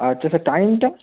আচ্ছা স্যার টাইমটা